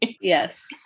yes